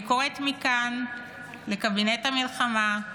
אני קוראת מכאן לקבינט המלחמה,